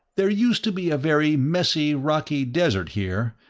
there used to be a very messy, rocky desert here,